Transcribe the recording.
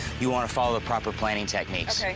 you want to follow the proper planting techniques. okay.